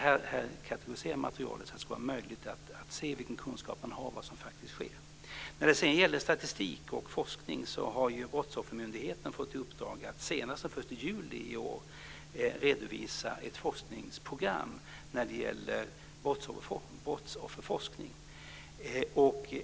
Här ska man kategorisera materialet så att det blir möjligt att se vilka kunskaper man har och vad som faktiskt sker. När det gäller statistik och forskning har Brottsoffermyndigheten fått i uppdrag att senast den 1 juli i år redovisa ett forskningsprogram som rör just brottsoffer.